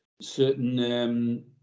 certain